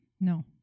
No